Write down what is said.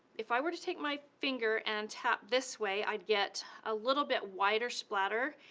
if i were to take my finger and tap this way i'd get a little bit wider splatter,